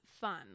fun